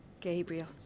Gabriel